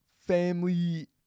family